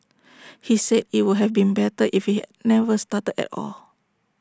he said IT would have been better if he had never started at all